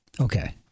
okay